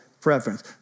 preference